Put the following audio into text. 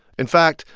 in fact,